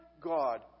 God